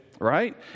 right